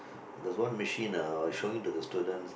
there's one machine uh I was showing to the students